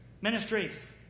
Ministries